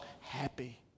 happy